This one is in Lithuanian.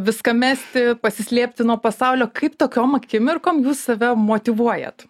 viską mesti pasislėpti nuo pasaulio kaip tokiom akimirkom jūs save motyvuojat